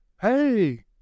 hey